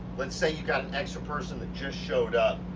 let's say you got an extra person that just showed up,